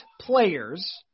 players